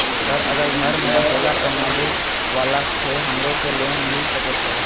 Sir अगर घर में अकेला कमबे वाला छे हमरो के लोन मिल सके छे?